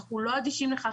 אנחנו לא אדישים לכך.